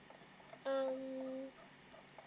um